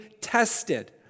tested